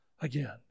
again